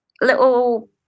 little